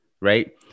right